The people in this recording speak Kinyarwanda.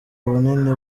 bunini